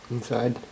Inside